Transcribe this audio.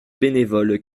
bénévoles